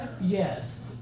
Yes